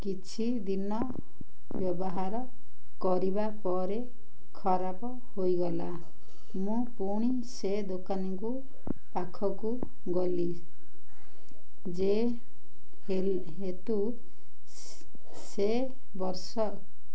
କିଛି ଦିନ ବ୍ୟବହାର କରିବା ପରେ ଖରାପ ହୋଇଗଲା ମୁଁ ପୁଣି ସେ ଦୋକାନୀକୁ ପାଖକୁ ଗଲି ଯେ ହେତୁ ସେ ବର୍ଷ